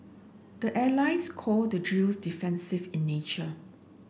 the allies call the drills defensive in nature